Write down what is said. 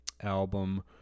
album